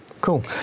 Cool